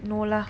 no lah